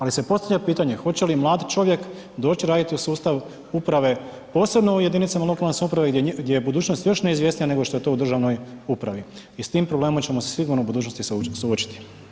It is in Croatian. Ali se postavlja pitanje, hoće li mlad čovjek doći raditi u sustav uprave, posebno u jedinicama lokalne samouprave gdje je budućnost još neizvjesnija nego što je to u državnoj upravi i s tim problemom ćemo se sigurno u budućnosti suočiti.